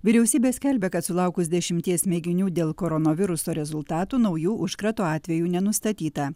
vyriausybė skelbia kad sulaukus dešimties mėginių dėl koronaviruso rezultatų naujų užkrato atvejų nenustatyta